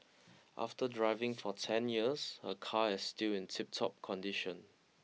after driving for ten years her car is still in tiptop condition